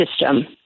system